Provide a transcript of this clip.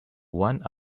one